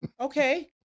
okay